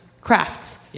crafts